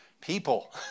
people